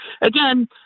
again